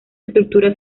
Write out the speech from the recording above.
estructura